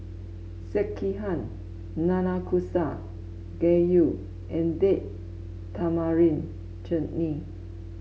Sekihan Nanakusa Gayu and Date Tamarind Chutney